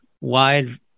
wide